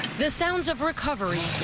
the sounds of recovery.